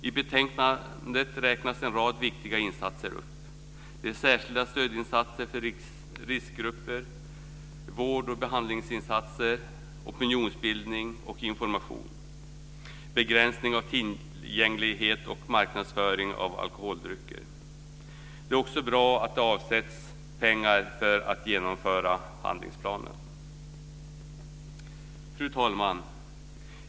I betänkandet räknas en rad viktiga insatser upp. Det är särskilda stödinsatser för riskgrupper, vård och behandlingsinsatser, opinionsbildning och information, begränsning av tillgänglighet och marknadsföring av alkoholdrycker. Det är också bra att det avsätts pengar för att genomföra handlingsplanen. Fru talman!